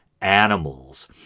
animals